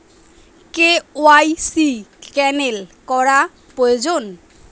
KYC cancel করা প্রয়োজন?